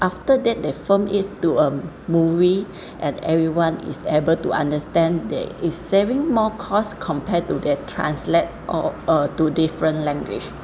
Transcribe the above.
after that they filmed it to a movie and everyone is able to understand there is saving more cost compared to they translate or uh to different language